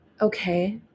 okay